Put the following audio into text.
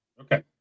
Okay